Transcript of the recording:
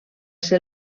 ser